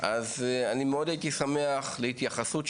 אז אני מאוד הייתי שמח להתייחסות שלכם,